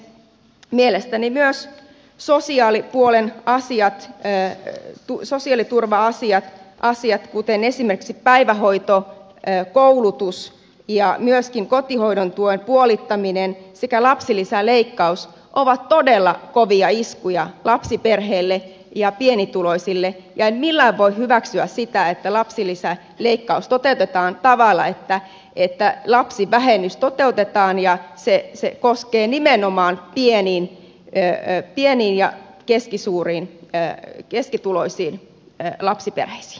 mielestäni myös sosiaaliturva asiat asiat kuten esimerkiksi päivähoitoa ja koulutus ja asioissa kotihoidon tuen puolittaminen sekä lapsilisäleikkaus ovat todella kovia iskuja lapsiperheille ja pienituloisille ja en millään voi hyväksyä sitä että lapsilisäleikkaus toteutetaan sillä tavalla että lapsivähennys toteutetaan ja se koskee nimenomaan pieniin perheen pieni ja keskisuuriin pää ja keskituloisiin lapsiperheisiin